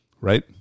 Right